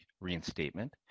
reinstatement